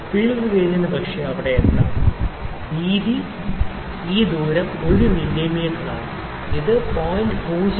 feeler ഗേജിന് അത് അവിടെയെത്താം വീതി ഈ ദൂരം 1 മില്ലീമീറ്ററാണ് ഇത് 0